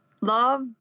love